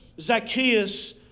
Zacchaeus